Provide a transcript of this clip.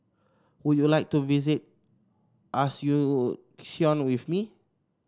would you like to visit Asuncion with me